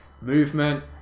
Movement